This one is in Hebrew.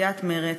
סיעת מרצ,